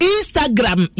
Instagram